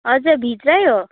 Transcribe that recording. हजुर भित्रै हो